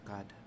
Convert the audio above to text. God